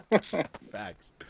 Facts